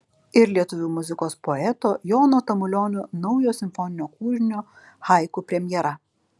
ir lietuvių muzikos poeto jono tamulionio naujo simfoninio kūrinio haiku premjera